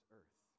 earth